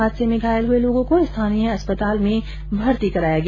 हादसे में घायल हुये लोगों को स्थानीय अस्पताल में भर्ती कराया गया